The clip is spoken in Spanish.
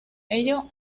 ello